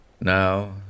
Now